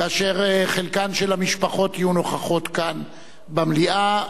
כאשר חלק מהמשפחות יהיו נוכחות כאן במליאה,